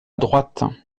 droite